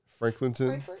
Franklinton